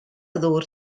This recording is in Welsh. ddŵr